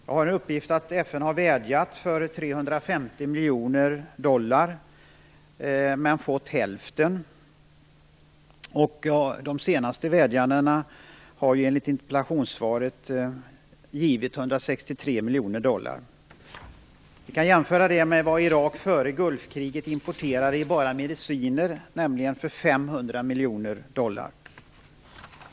Jag har en uppgift om att FN har vädjat för 350 miljoner dollar, och fått hälften. De senaste vädjandena har enligt interpellationssvaret gett 163 miljoner dollar. Vi kan jämföra det med att Irak före Gulfkriget importerade bara mediciner för 500 miljoner dollar.